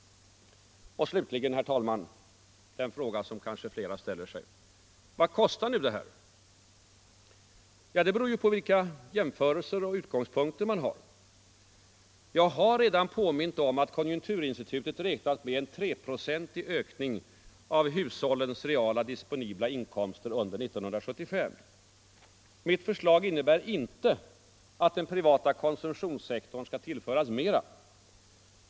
Slutligen, herr talman, den fråga som kanske flera ställer sig: Vad kostar nu det här? Ja, det beror ju på vilka jämförelser och utgångspunkter man har. Jag har redan påmint om att konjunkturinstitutet räknat med en treprocentig ökning av hushållens reala disponibla inkomster under 1975. Mitt förslag innebär inte att den privata konsumtionssektorn skall tillföras mera.